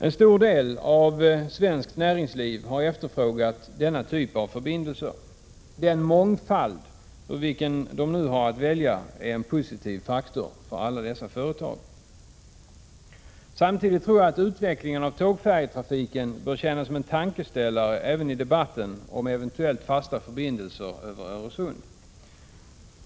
En stor del av svenskt näringsliv har efterfrågat denna typ av förbindelser. Den mångfald ur vilken de nu har att välja är en positiv faktor för alla dessa företag. Samtidigt tror jag att utvecklingen av tågfärjetrafiken bör tjäna som en tankeställare även i debatten om eventuellt fasta förbindelser över Öresund.